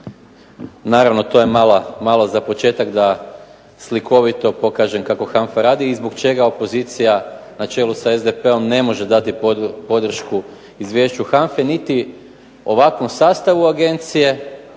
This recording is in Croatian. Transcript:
Naravno to je malo za početak da slikovito pokažem kako HANFA radi zbog čega opozicija na čelu sa SDP-om ne može dati podršku izvješću HANFE niti ovakvom sastavu agencije,